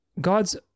God's